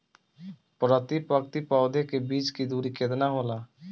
प्रति पंक्ति पौधे के बीच की दूरी केतना होला?